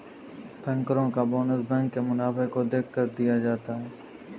बैंकरो का bonus bank के मुनाफे को देखकर दिया जाता है